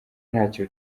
ntacyo